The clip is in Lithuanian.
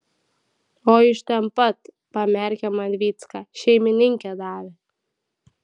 o iš ten pat pamerkė man vycka šeimininkė davė